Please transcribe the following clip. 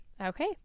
Okay